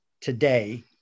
today